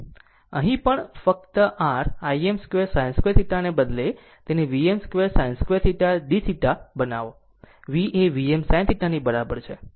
અહીં પણ ફક્તr Im2sin2θ ને બદલે તેને Vm2sin2θdθ બનાવો V એ Vm sinθની બરાબર છે